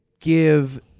give